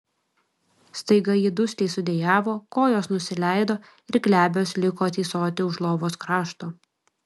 staiga ji dusliai sudejavo kojos nusileido ir glebios liko tysoti už lovos krašto